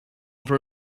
for